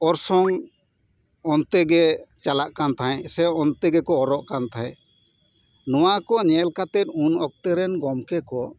ᱚᱲᱥᱚᱝ ᱚᱱᱛᱮ ᱜᱮ ᱪᱟᱞᱟᱜ ᱟᱱ ᱛᱟᱦᱮᱫ ᱥᱮ ᱚᱱᱛᱮ ᱜᱮᱠᱚ ᱚᱨᱚᱜ ᱠᱟᱱ ᱛᱮᱦᱮᱫ ᱱᱚᱣᱟ ᱠᱚ ᱧᱮᱞ ᱠᱟᱛᱮᱫ ᱩᱱ ᱚᱠᱛᱮᱨᱮᱱ ᱜᱚᱢᱠᱮ ᱠᱚ